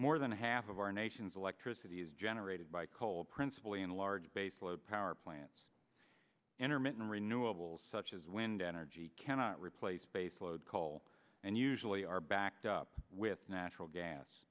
more than half of our nation's electricity is generated by coal principle and a large base load power plants intermittent renewables such as wind energy cannot replace baseload coal and usually are backed up with natural gas